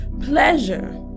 Pleasure